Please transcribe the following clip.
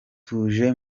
tuje